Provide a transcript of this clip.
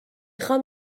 خوام